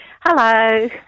Hello